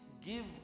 give